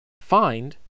find